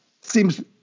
seems